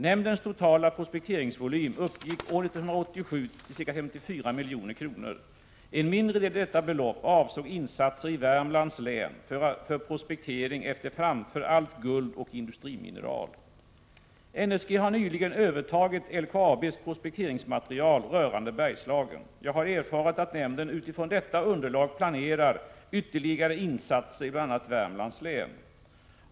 Nämndens totala prospekteringsvolym uppgick år 1987 till ca 54 milj.kr. En mindre del av detta belopp avsåg insatser i Värmlands län för prospektering efter framför allt guld och industrimineral. NSG har nyligen övertagit LKAB:s prospekteringsmaterial rörande Bergslagen. Jag har erfarit att nämnden utifrån detta underlag planerar ytterligare insatser i bl.a. Värmlands län.